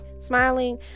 smiling